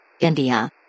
India